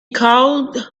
called